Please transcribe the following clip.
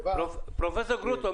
פרופ' גרוטו,